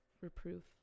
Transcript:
reproof